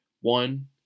One